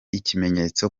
ikimenyetso